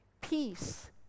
peace